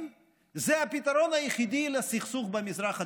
הוא הפתרון היחידי לסכסוך במזרח התיכון,